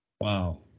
Wow